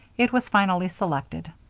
it was finally selected.